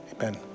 Amen